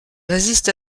résiste